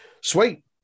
Sweet